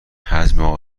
حجم